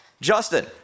Justin